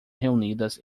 reunidas